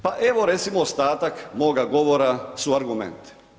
Pa evo recimo ostatak moga govora su argumenti.